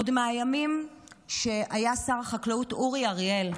עוד מהימים ששר החקלאות היה אורי אריאל,